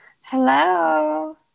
Hello